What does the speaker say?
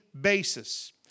basis